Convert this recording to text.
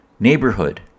neighborhood